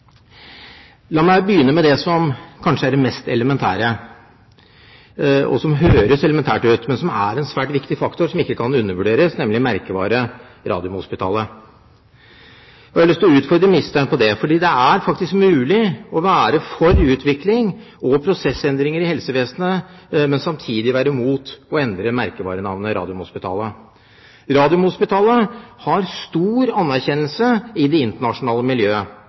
La meg begynne med det som kanskje er det mest elementære, og som høres elementært ut, men som er en svært viktig faktor som ikke kan undervurderes, nemlig merkevarenavnet Radiumhospitalet. Jeg har lyst til å utfordre ministeren på det, for det er faktisk mulig å være for utvikling og prosessendringer i helsevesenet, men samtidig være imot å endre merkevarenavnet Radiumhospitalet. Radiumhospitalet har stor anerkjennelse i det internasjonale miljøet.